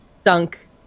sunk